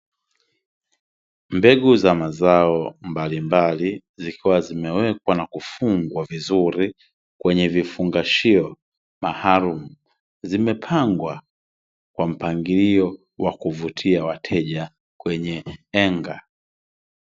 Mbegu za mazao mbalimbali zikiwa zimewekwa na kufungwa vizuri kwenye vufungashio maalumu, zimepangwa kwa mpangilio wa kuvutia wateja kwenye enga.